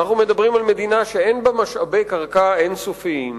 כשאנחנו מדברים על מדינה שאין בה משאבי קרקע אין-סופיים,